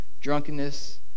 drunkenness